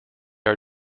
are